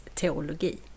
teologi